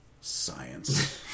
Science